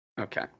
Okay